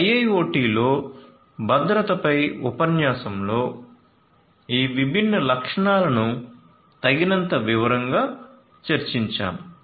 IIoT లో భద్రతపై ఉపన్యాసంలో ఈ విభిన్న లక్షణాలను తగినంత వివరంగా చర్చించాము